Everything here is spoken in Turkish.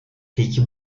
peki